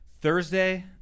Thursday